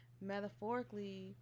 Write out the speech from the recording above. metaphorically